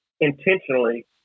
intentionally